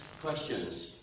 questions